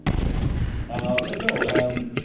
yeah but no, i'm